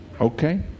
Okay